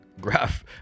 graph